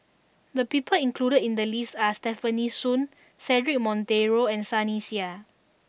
the people included in the list are Stefanie Sun Cedric Monteiro and Sunny Sia